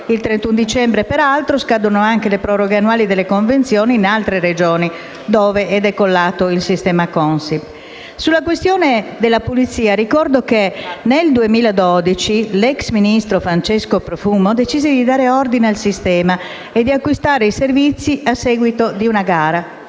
del 31 dicembre, peraltro, scadono anche le proroghe annuali delle convenzioni nelle altre regioni dove è decollato il sistema Consip. Sulla questione della pulizia ricordo che nel 2012 l'ex ministro Francesco Profumo decise di dare ordine al sistema e di acquistare i servizi a seguito di una gara